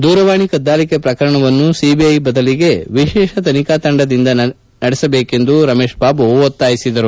ದೂರವಾಣಿ ಕದ್ದಾಲಿಕೆ ಪ್ರಕರಣವನ್ನು ಸಿಬಿಐಗೆ ಬದಲಿಗೆ ವಿಶೇಷ ತನಿಖಾ ತಂಡದಿಂದ ತನಿಖೆ ನಡೆಸಬೇಕೆಂದು ರಮೇಶ್ ಬಾಬು ಒತ್ತಾಯಿಸಿದರು